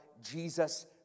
Jesus